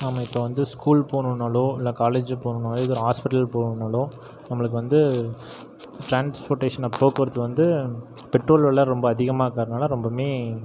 நாம் இப்போது வந்து ஸ்கூல் போகணும்னாலோ இல்லை காலேஜ் போகணும்னாலோ இல்லை ஹாஸ்பிடல் போகணும்னாலோ நம்மளுக்கு வந்து ட்ரான்ஸ்போர்ட்டேஷன் போக்குவரத்தில் வந்து பெட்ரோல் விலை ரொம்ப அதிகமாக இருக்கிறதுனால ரொம்பவுமே